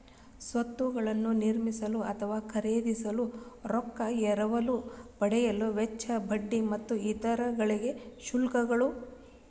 ಸ್ವತ್ತುಗಳನ್ನ ನಿರ್ಮಿಸಲು ಅಥವಾ ಖರೇದಿಸಲು ರೊಕ್ಕಾ ಎರವಲು ಪಡೆಯುವ ವೆಚ್ಚ, ಬಡ್ಡಿ ಮತ್ತು ಇತರ ಗಳಿಗೆ ಶುಲ್ಕಗಳು